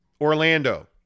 Orlando